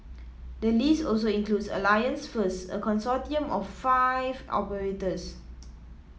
the list also includes Alliance First a consortium of five operators